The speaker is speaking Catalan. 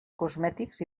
cosmètics